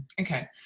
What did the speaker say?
Okay